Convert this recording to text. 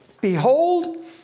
Behold